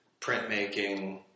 printmaking